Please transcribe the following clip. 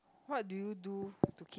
what do you do to